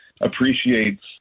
appreciates